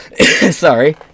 Sorry